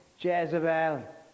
Jezebel